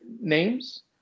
names